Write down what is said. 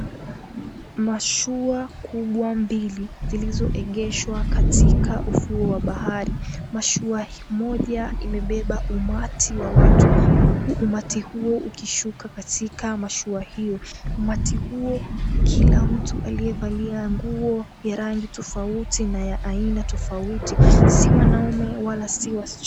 Mashua kubwa mbili zilizoegeshwa katika ufuo wa bahari. Mashua moja imebeba umati wa watu huku umati huo ukishuka katika mashua hiyo. Umati huo kila mtu aliyevaa nguo ya rangi tofauti na ya aina tofauti. Si wanaume wala si wasichana.